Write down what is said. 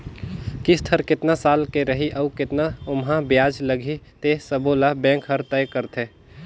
किस्त हर केतना साल के रही अउ केतना ओमहा बियाज लगही ते सबो ल बेंक हर तय करथे